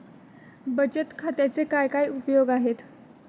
बचत खात्याचे काय काय उपयोग आहेत?